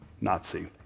Nazi